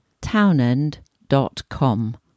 townend.com